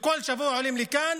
וכל שבוע עולים לכאן